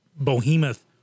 behemoth